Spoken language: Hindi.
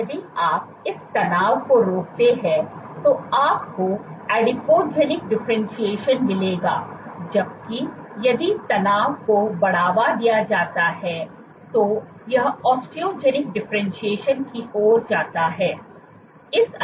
यदि आप इस तनाव को रोकते हैं तो आपको एडिपोजेनिक डिफरेंटशिएशन मिलेगा जबकि यदि तनाव को बढ़ावा दिया जाता है तो यह ओस्टोजेनिक डिफरेंटशिएशन की ओर जाता है